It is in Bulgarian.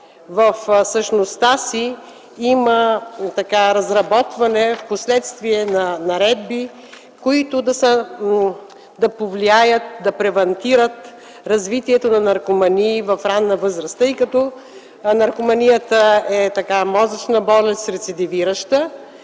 в същността си има разработване впоследствие на наредби, които да повлияят, да превантират развитието на наркомании в ранна възраст, тъй като наркоманията е рецидивираща